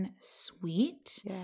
sweet